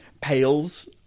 pails